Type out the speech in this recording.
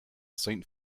saint